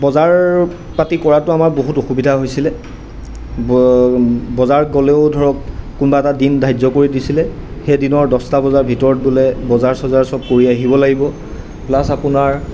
বজাৰ পাতি কৰাতো আমাৰ বহুত অসুবিধা হৈছিলে বজাৰত গ'লেও ধৰক কোনোবা এটা দিন ধাৰ্য্য় কৰি দিছিলে সেইদিনৰ দছটা বজাৰ ভিতৰত বোলে বজাৰ চজাৰ সব কৰি আহিব লাগিব প্লাছ আপোনাৰ